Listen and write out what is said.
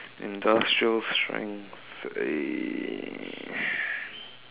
industrial strength eh